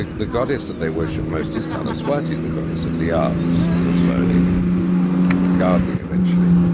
the goddess that they worship most is saraswati, the goddess of the arts and of learning, and gardening eventually.